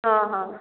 हँ हँ